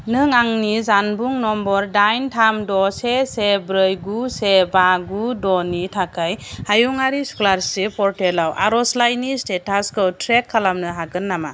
नों आंनि जानबुं नम्बर दाइन थाम द' से से ब्रै गु से बा गु द' नि थाखाय हायुङारि स्कलारसिप पर्टेलाव आर'जलाइनि स्टेटासखौ ट्रेक खालामनो हागोन नामा